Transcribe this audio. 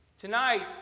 Tonight